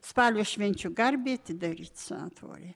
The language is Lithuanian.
spalio švenčių garbei atidaryt sanatoriją